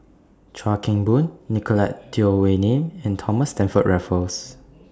Chuan Keng Boon Nicolette Teo Wei Min and Thomas Stamford Raffles